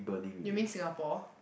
you mean Singapore